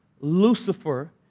Lucifer